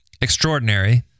extraordinary